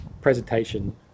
presentation